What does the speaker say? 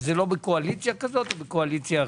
לא בקואליציה כזו או אחרת.